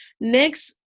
next